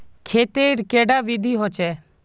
खेत तेर कैडा विधि होचे?